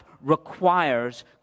requires